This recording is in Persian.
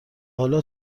حالا